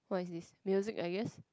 what is this music I guess